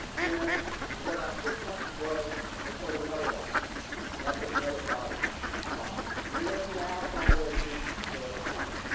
then we've got about six months of break and they start another widening and that took another five miles and then now it's all the way through cabarrus county.